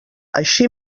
així